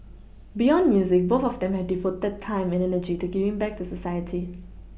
beyond music both of them have devoted time and energy to giving back to society